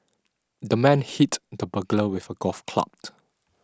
the man hit the burglar with a golf clot